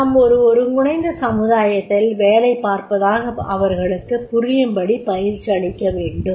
நாம் ஒரு ஒருங்கிணைந்த சமுதாயத்தில் வேலை பார்ப்பதாக அவர்களுக்கு புரியும்படிப் பயிற்சியளிக்கவேண்டும்